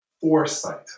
foresight